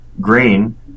green